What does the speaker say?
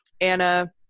Anna